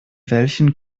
welchen